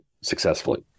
successfully